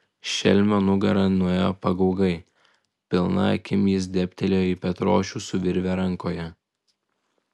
šelmio nugara nuėjo pagaugai pilna akim jis dėbtelėjo į petrošių su virve rankoje